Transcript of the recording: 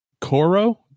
Coro